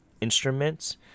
instruments